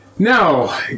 Now